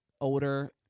older